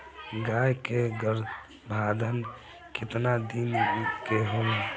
गाय के गरभाधान केतना दिन के होला?